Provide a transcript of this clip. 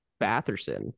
Batherson